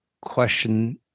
question